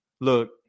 look